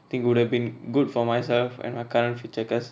it would have been good for myself and my current future cause